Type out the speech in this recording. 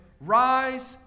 rise